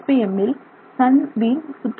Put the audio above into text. இல் sun wheel சுற்றுகிறது